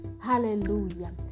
hallelujah